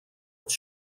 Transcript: its